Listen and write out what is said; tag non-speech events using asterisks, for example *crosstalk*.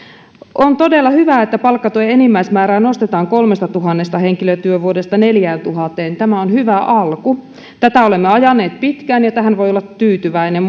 on todella hyvä että palkkatuen enimmäismäärää nostetaan kolmestatuhannesta henkilötyövuodesta neljääntuhanteen tämä on hyvä alku tätä olemme ajaneet pitkään ja tähän voi olla tyytyväinen *unintelligible*